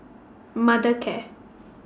Mothercare